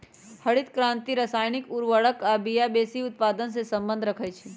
हरित क्रांति रसायनिक उर्वर आ बिया वेशी उत्पादन से सम्बन्ध रखै छै